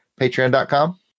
patreon.com